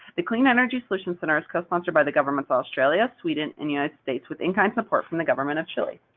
the clean energy solutions center is co-sponsored by the government of australia, sweden and united states with in-kind support from the government of chile.